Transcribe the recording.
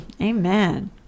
amen